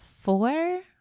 four